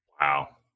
Wow